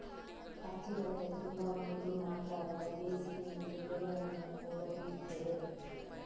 ಹತ್ತಿ ಬಟ್ಟೆ ತುಂಬಾ ಮೃದು ಮಾತ್ರ ಅಲ್ಲ ಬೇಸಿಗೆನಲ್ಲಿ ಬೆವರನ್ನ ಕೂಡಾ ಹೀರ್ತದೆ